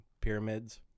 pyramids